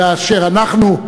ואשר אנחנו,